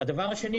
הדבר השני,